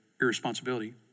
irresponsibility